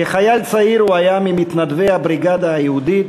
כחייל צעיר הוא היה ממתנדבי הבריגדה היהודית,